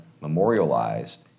memorialized